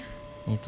ha